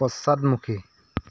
পশ্চাদমুখী